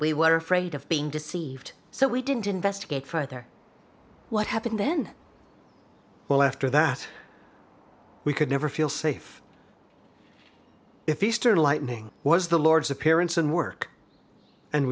we were afraid of being deceived so we didn't investigate further what happened then well after that we could never feel safe if eastern lightning was the lord's appearance and work and